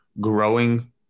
growing